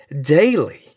daily